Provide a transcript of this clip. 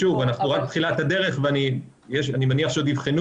אנחנו רק בתחילת הדרך ואני מניח שעוד יבחנו